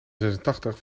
zesentachtig